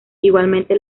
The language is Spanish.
igualmente